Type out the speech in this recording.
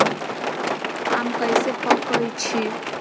आम कईसे पकईछी?